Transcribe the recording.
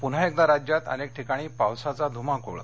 पुन्हा एकदा राज्यात अनेक ठिकाणी पावसाचा धुमाकुळ